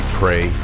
pray